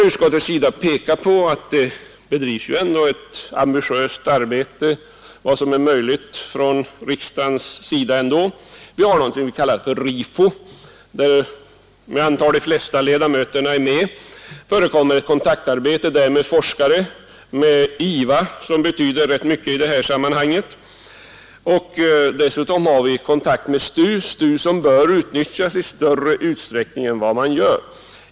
Utskottet vill då peka på att det ändå bedrivs ett ambitiöst arbete av något som kallas RIFO, där jag antar att de flesta ledamöterna är med. Där förekommer ett kontaktarbete med forskare och med IVA som betyder rätt mycket i detta sammanhang. Dessutom har vi kontakten med STU, som bör utnyttjas i större utsträckning än vad som sker.